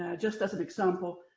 ah just as an example,